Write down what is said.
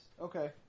Okay